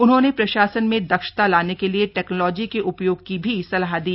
उन्होंने प्रशासन में दक्षता लाने के लिए टेक्नोलॉजी के उपयोग की भी सलाह दी